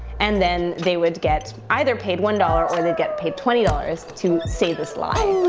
and then they would get either paid one dollars or they'd get paid twenty dollars to say this lie.